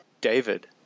David